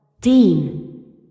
Dean